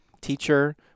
teacher